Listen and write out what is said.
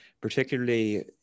particularly